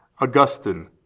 Augustine